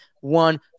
one